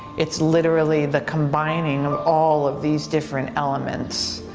it's literally the combining of all of these different elements.